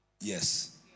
Yes